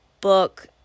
book